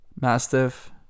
Mastiff